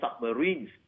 submarines